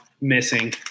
missing